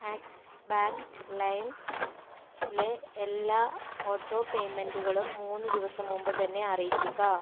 axis Bank ലൈമിലെ എല്ലാ auto പേയ്മെൻറ്റുകളും മൂന്ന് ദിവസം മുമ്പ് തന്നേ അറിയിക്കുക